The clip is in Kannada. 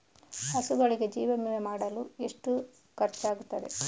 ಹಸುಗಳಿಗೆ ಜೀವ ವಿಮೆ ಮಾಡಲು ಎಷ್ಟು ಖರ್ಚಾಗುತ್ತದೆ?